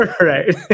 Right